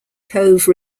cove